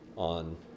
on